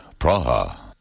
Praha